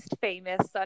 famous